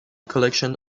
collection